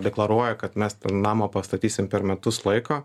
deklaruoja kad mes tą namą pastatysim per metus laiko